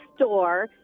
store